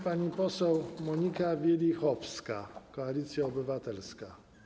Pani poseł Monika Wielichowska, Koalicja Obywatelska.